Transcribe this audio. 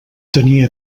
tenia